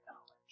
knowledge